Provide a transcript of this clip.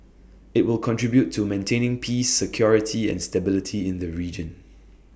IT will contribute to maintaining peace security and stability in the region